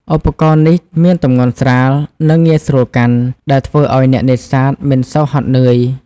ឧបករណ៍នេះមានទម្ងន់ស្រាល និងងាយស្រួលកាន់ ដែលធ្វើឲ្យអ្នកនេសាទមិនសូវហត់នឿយ។